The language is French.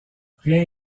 rien